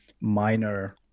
minor